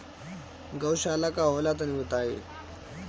गौवशाला का होला तनी बताई?